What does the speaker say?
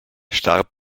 starb